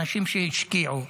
אנשים שהשקיעו,